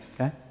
okay